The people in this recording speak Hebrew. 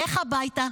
לך הביתה.